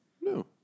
No